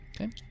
Okay